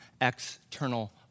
external